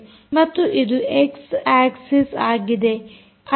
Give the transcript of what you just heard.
ಮತ್ತು ಇದು x axis ಆಗಿದೆ